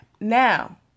now